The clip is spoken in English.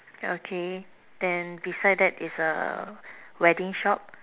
yeah okay then beside that is a wedding shop